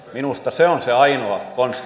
minusta se on se ainoa konsti